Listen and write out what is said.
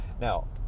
now